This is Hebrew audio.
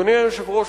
אדוני היושב-ראש,